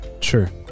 Sure